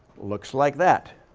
looks like that.